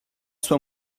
sua